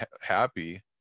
happy